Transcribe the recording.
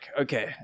okay